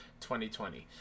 2020